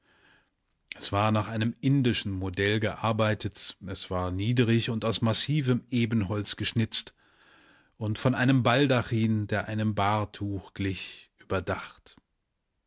es war nach einem indischen modell gearbeitet es war niedrig und aus massivem ebenholz geschnitzt und von einem baldachin der einem bahrtuch glich überdacht